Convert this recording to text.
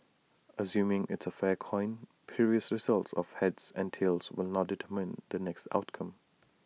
assuming it's A fair coin previous results of heads and tails will not determine the next outcome